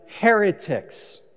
Heretics